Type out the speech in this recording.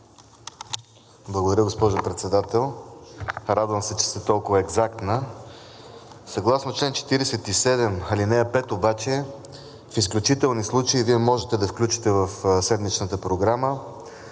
Благодаря, госпожо Председател. Радвам се, че сте толкова екзактна, съгласно чл. 47, ал. 5 обаче в изключителни случаи Вие можете да включите в седмичната програма